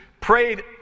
prayed